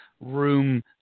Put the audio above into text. room